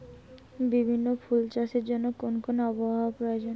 বিভিন্ন ফুল চাষের জন্য কোন আবহাওয়ার প্রয়োজন?